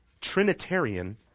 trinitarian